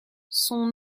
son